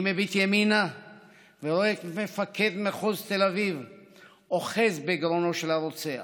אני מביט ימינה ורואה את מפקד מחוז תל אביב אוחז בגרונו של הרוצח.